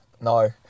No